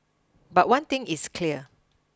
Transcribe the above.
but one thing is clear